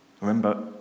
Remember